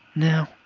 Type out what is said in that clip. now,